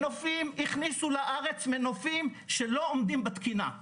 הכניסו לארץ מנופים שלא עומדים בתקינה.